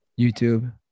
YouTube